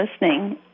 listening